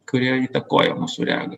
kurie įtakoja mūsų regą